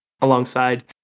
alongside